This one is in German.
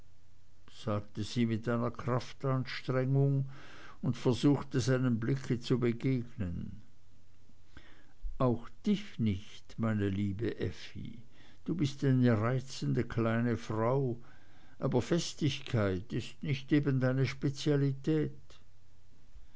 sagte sie mit einer kraftanstrengung und versuchte seinem blick zu begegnen auch dich nicht meine liebe effi du bist eine reizende kleine frau aber festigkeit ist nicht eben deine spezialität